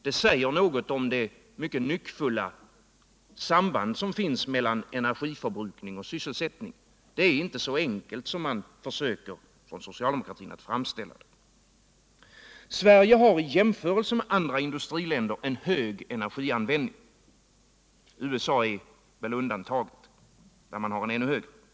Detta säger något om det mycket nyckfulla samband som finns mellan energiförbrukning och sysselsättning. Det är inte så enkelt som socialdemokratin försöker framställa det. Sverige har i jämförelse med andra industriländer en hög energianvändning - USA är därvid undantaget; där har man en ännu högre användning.